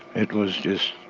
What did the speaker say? it was just,